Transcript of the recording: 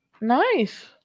Nice